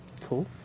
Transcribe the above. cool